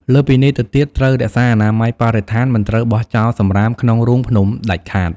លើសពីនេះទៅទៀត ត្រូវរក្សាអនាម័យបរិស្ថាន មិនត្រូវបោះចោលសំរាមក្នុងរូងភ្នំដាច់ខាត។